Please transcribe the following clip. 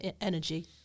energy